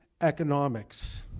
economics